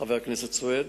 חבר הכנסת סוייד.